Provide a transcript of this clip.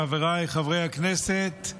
חבריי חברי הכנסת,